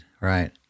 right